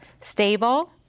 stable